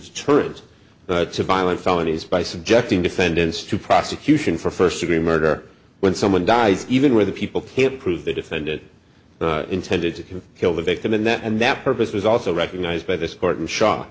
deterrent to violent felonies by subjecting defendants to prosecution for first degree murder when someone dies even where the people can't prove the defendant intended to kill the victim and that and that purpose was also recognized by this court and sho